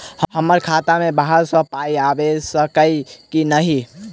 हमरा खाता मे बाहर सऽ पाई आबि सकइय की नहि?